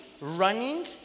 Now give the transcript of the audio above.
running